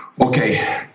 okay